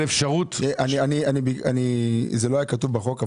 זה לא היה כתוב בחוק,